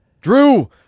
Drew